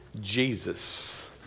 Jesus